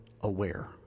aware